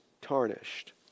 tarnished